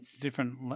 different